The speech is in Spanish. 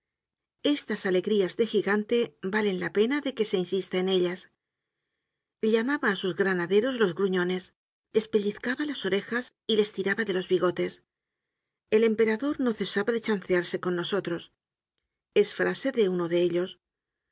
estas alegrías de gigante valen la pena de que se insista en ellas llamaba á sus granaderos los gruñones les pellizcaba las orejas y les tiraba de los bigotes el empe rador no cesaba de chancearse con nosotros es frase de uno de ellos